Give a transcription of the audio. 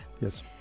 Yes